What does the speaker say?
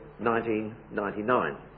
1999